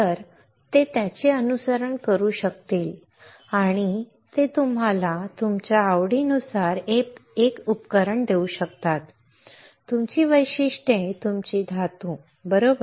तर ते त्याचे अनुसरण करू शकतील आणि ते तुम्हाला तुमच्या आवडीनुसार एक उपकरण देऊ शकतात तुमची वैशिष्ट्ये तुमची धातू बरोबर